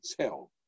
tell